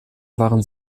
waren